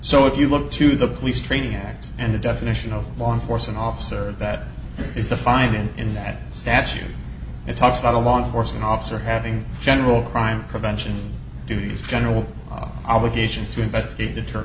so if you look to the police training act and the definition of law enforcement officer that is the fine and in that statute it talks about a long force an officer having general crime prevention duties general obligations to investigate deter